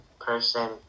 person